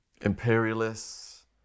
imperialists